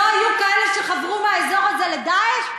לא היו כאלה שחברו מהאזור הזה ל"דאעש"?